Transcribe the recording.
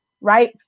right